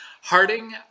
harding